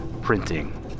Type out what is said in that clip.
printing